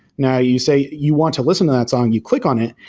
now you say, you want to listen to that song, you click on it,